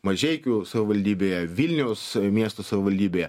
mažeikių savivaldybėje vilniaus miesto savivaldybėje